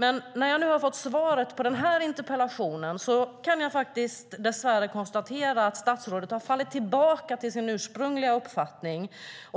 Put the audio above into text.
Men när jag nu har fått svaret på den här interpellationen kan jag dess värre konstatera att statsrådet har fallit tillbaka till sin ursprungliga uppfattning,